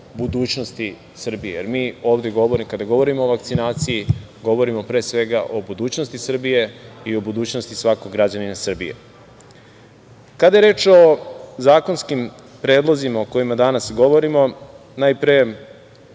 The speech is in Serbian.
budućnosti Srbije. Jer, mi ovde kada govorimo o vakcinaciji, govorimo pre svega o budućnosti Srbije i o budućnosti svakog građanina Srbije. Kada je reč o zakonskim predlozima o kojima danas govorimo, najpre